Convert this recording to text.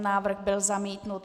Návrh byl zamítnut.